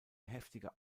heftige